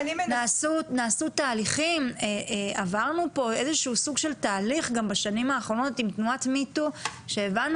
עברנו תהליך גם בשנים האחרונות עם תנועת Me too כשהבנו